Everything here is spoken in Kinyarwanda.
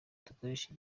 dukoreshe